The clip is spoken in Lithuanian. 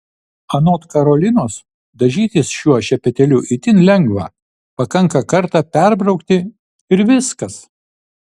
anot karolinos dažytis šiuo šepetėliu itin lengva pakanka kartą perbraukti ir viskas